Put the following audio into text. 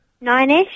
Nine-ish